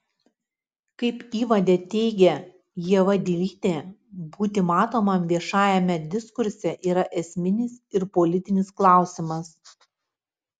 kaip įvade teigia ieva dilytė būti matomam viešajame diskurse yra esminis ir politinis klausimas